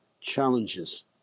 challenges